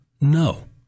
No